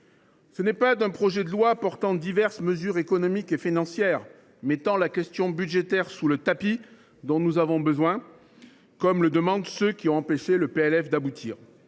ce n’est pas d’un projet de loi portant diverses mesures économiques et financières et mettant la question budgétaire sous le tapis – cela, c’est ce que demandent ceux qui ont empêché le PLF d’aboutir.